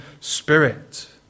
Spirit